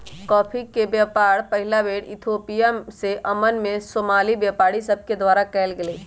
coffee के व्यापार पहिल बेर इथोपिया से यमन में सोमाली व्यापारि सभके द्वारा कयल गेलइ